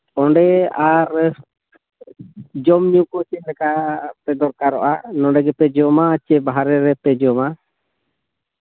ᱚᱸᱰᱮ ᱟᱨ ᱡᱚᱢ ᱧᱩ ᱠᱚ ᱪᱮᱫ ᱞᱮᱠᱟ ᱯᱮ ᱫᱚᱨᱠᱟᱨᱚᱜᱼᱟ ᱚᱸᱰᱮ ᱜᱮᱯᱮ ᱡᱚᱢᱟ ᱥᱮ ᱵᱟᱦᱨᱮ ᱨᱮᱯᱮ ᱡᱚᱢᱟ